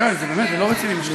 די, זה לא רציני.